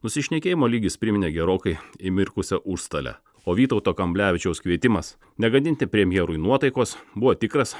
nusišnekėjimo lygis priminė gerokai įmirkusią užstalę o vytauto kamblevičiaus kvietimas negadinti premjerui nuotaikos buvo tikras